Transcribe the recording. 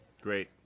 Great